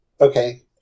okay